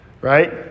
right